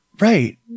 right